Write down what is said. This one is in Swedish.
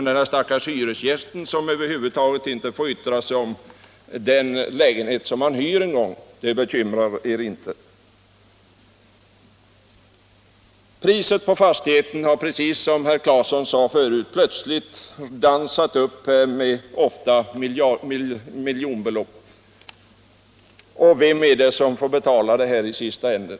Den stackars hyresgästen som över huvud taget inte får yttra sig om den lägenhet han hyr bekymrar inte herr Danell. Priset på fastigheten kan, precis som herr Claeson sade förut, plötsligt dansa upp, ofta med miljonbelopp. Och vem är det som får betala i sista änden?